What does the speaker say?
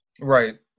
Right